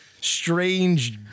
strange